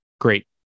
Great